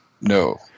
No